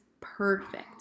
perfect